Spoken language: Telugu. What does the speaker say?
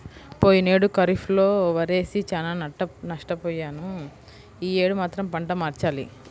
పోయినేడు ఖరీఫ్ లో వరేసి చానా నష్టపొయ్యాను యీ యేడు మాత్రం పంట మార్చాలి